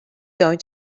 going